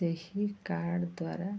ସେହି କାର୍ଡ଼ ଦ୍ୱାରା